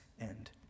end